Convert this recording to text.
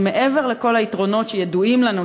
כי מעבר לכל היתרונות שידועים לנו,